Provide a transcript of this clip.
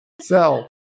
sell